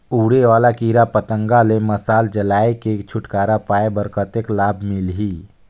उड़े वाला कीरा पतंगा ले मशाल जलाय के छुटकारा पाय बर कतेक लाभ मिलही?